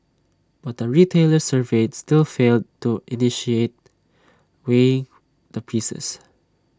but the retailers surveyed still failed to initiate weighing the pieces